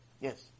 Yes